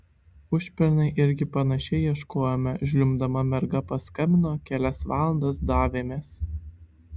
užpernai irgi panašiai ieškojome žliumbdama merga paskambino kelias valandas davėmės